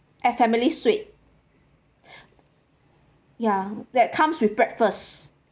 at family suite ya that comes with breakfast